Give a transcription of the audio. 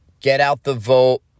get-out-the-vote